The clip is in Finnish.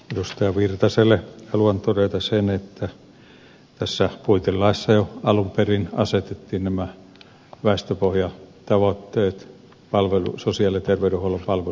erkki virtaselle haluan todeta sen että tässä puitelaissa jo alun perin asetettiin nämä väestöpohjatavoitteet sosiaali ja terveydenhuollon palveluiden järjestämiselle